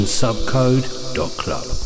subcode.club